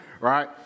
Right